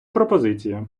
пропозиція